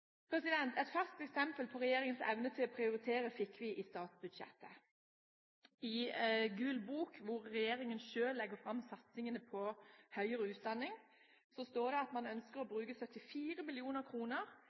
Et ferskt eksempel på regjeringens evne til å prioritere fikk vi i statsbudsjettet. I Gul bok, hvor regjeringen selv legger fram satsingene på høyere utdanning, står det at man ønsker å